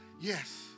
yes